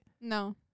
No